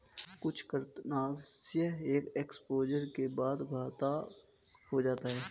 कुछ कृंतकनाशक एक एक्सपोजर के बाद घातक हो जाते है